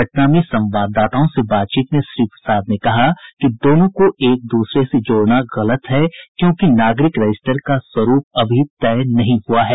पटना में संवाददाताओं से बातचीत में श्री प्रसाद ने कहा कि दोनों को एक द्रसरे से जोड़ना गलत है क्योंकि नागरिक रजिस्टर का स्वरूप अभी तय नही हुआ है